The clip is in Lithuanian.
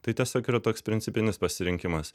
tai tiesiog yra toks principinis pasirinkimas